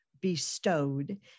bestowed